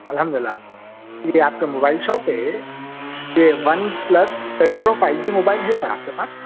الحمدللہ یہ آپ کا موبائل شاپ پہ یہ one plus ten pro five G mobile ہے کیا آپ کے پاس